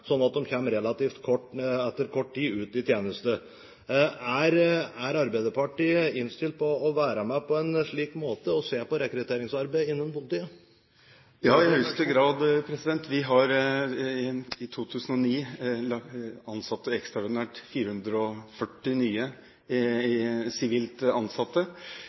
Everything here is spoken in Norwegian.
de skal gjøre, slik at de etter relativt kort tid kommer ut i tjeneste. Er Arbeiderpartiet innstilt på å være med på å se på rekrutteringsarbeid innen politiet på en slik måte? Ja, i høyeste grad. Vi har i 2009 ansatt ekstraordinært 440 nye